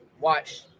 watch